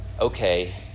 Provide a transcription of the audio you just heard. okay